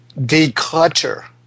declutter